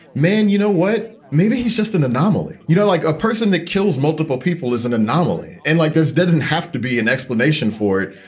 man, you know what? maybe he's just an anomaly. you know, like a person that kills multiple people is an anomaly. and like, there's doesn't have to be an explanation for it.